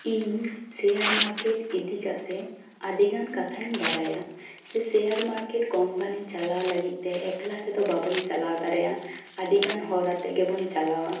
ᱤᱧ share market ᱤᱫᱤ ᱠᱟᱛᱮ ᱟᱹᱰᱤ ᱜᱟᱱ ᱠᱟᱛᱷᱟᱧ ᱵᱟᱲᱟᱭᱟ ᱥᱮᱭᱟᱨ ᱢᱟᱨᱠᱮᱴ ᱠᱳᱢᱯᱟᱱᱤ ᱪᱟᱞᱟᱣ ᱞᱟᱹᱜᱤᱫ ᱛᱮ ᱮᱠᱞᱟ ᱛᱮᱫᱚ ᱵᱟᱵᱚᱱ ᱪᱟᱞᱟᱣ ᱫᱟᱲᱮᱭᱟᱜᱼᱟ ᱟᱹᱰᱤ ᱜᱟᱱ ᱦᱚᱲ ᱟᱛᱮ ᱜᱮᱵᱚᱱ ᱪᱟᱞᱟᱣᱟ